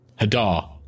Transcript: Hadar